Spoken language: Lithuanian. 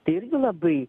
tai irgi labai